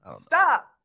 Stop